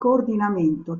coordinamento